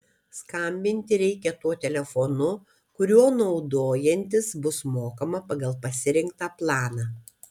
skambinti reikia tuo telefonu kuriuo naudojantis bus mokama pagal pasirinktą planą